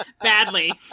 Badly